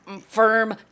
firm